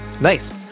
Nice